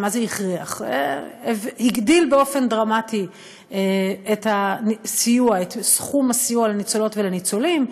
מה זה הכריח הגדיל באופן דרמטי את סכום הסיוע לניצולות ולניצולים.